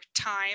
time